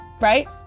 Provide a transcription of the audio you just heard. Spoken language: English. Right